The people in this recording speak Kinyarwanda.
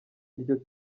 iryo